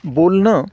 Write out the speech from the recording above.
बोलणं